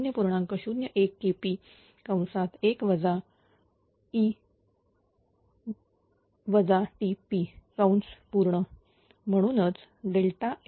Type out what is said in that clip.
01KP1 e TP म्हणूनच F 0